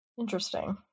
Interesting